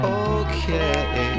okay